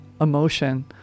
emotion